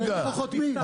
ובצדק.